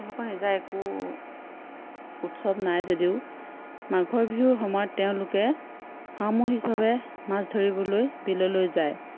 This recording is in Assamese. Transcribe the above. তেওঁলোকৰ নিজা একো উৎসৱ নাই যদিওঁ মাঘৰ বিহুৰ সময়ত তেওঁলোকে সামূহিকভাৱে মাছ ধৰিবলৈ বিললৈ যায়